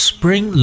Spring